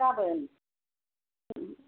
गाबोन